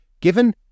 Given